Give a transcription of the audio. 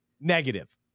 negative